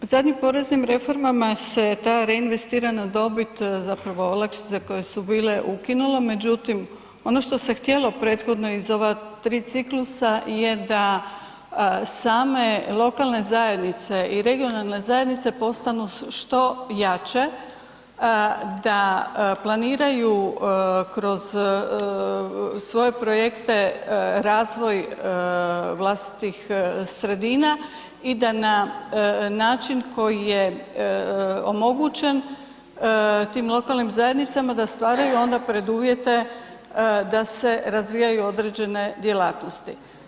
Da, zadnji poreznim reformama se ta reinvestirana dobit zapravo olakšice koje su bile ukinulo, međutim ono što se htjelo prethodno iz ova 3 ciklusa je da same lokalne zajednice i regionalne zajednice postanu što jače da planiraju kroz svoje projekte razvoj vlastitih sredina i da na način koji je omogućen, tim lokalnim zajednicama, da stvaraju onda preduvjete da se razvijaju određene djelatnosti.